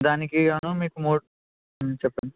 దానికి గాను మీకు మోస్ట్ చెప్పండి